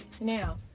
now